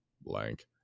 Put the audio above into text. blank